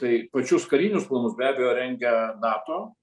tai pačius karinius planus be abejo rengia nato